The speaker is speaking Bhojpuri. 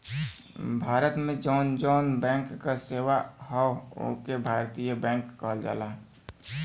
भारत में जौन जौन बैंक क सेवा हौ ओके भारतीय बैंक कहल जाला